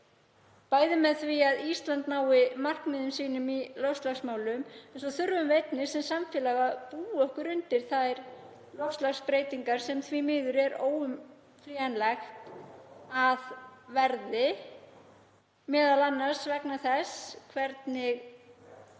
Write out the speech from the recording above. bæði með því að Ísland nái markmiðum sínum í loftslagsmálum en svo þurfum við einnig sem samfélag að búa okkur undir þær loftslagsbreytingar sem því miður er óumflýjanlegt að verði, m.a. vegna þess hvernig